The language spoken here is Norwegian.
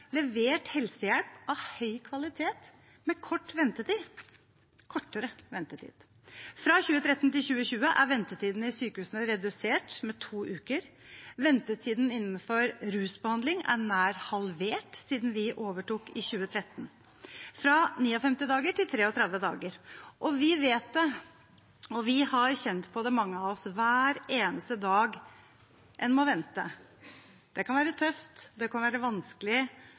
levert helsehjelp av høy kvalitet med kortere ventetid. Fra 2013 til 2020 er ventetidene i sykehusene redusert med to uker. Ventetiden innenfor rusbehandling er nær halvert siden vi overtok i 2013, fra 59 til 33 dager. Vi vet, og mange av oss har kjent på det, at hver eneste dag en må vente, kan være tøft